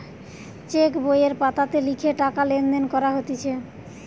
check বইয়ের পাতাতে লিখে টাকা লেনদেন করা হতিছে